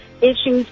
issues